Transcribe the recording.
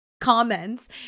comments